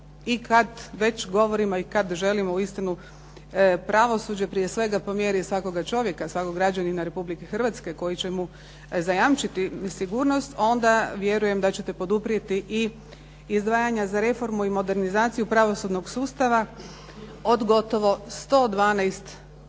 i kad već govorimo i kad želimo uistinu pravosuđe prije svega po mjeri svakoga čovjeka, svakog građanina Republike Hrvatske koji će mu zajamčiti sigurnost onda vjerujem da ćete poduprijeti i izdvajanja za reformu i modernizaciju pravosudnog sustava od gotovo 112 milijuna